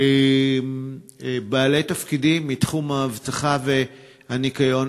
בעלי תפקידים בתחום האבטחה והניקיון.